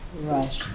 Right